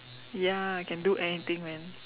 ya can do anything man